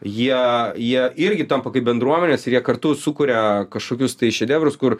jie jie irgi tampa kaip bendruomenės ir jie kartu sukuria kažkokius tai šedevrus kur